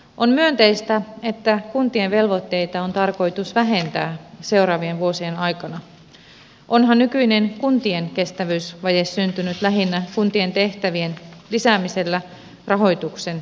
on myönteistä että kuntien velvoitteita on tarkoitus vähentää seuraavien vuosien aikana onhan nykyinen kuntien kestävyysvaje syntynyt lähinnä kuntien tehtävien lisäämisellä rahoituksen pysyttyä entisellään